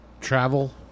travel